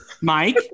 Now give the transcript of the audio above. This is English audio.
Mike